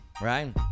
right